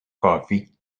coffee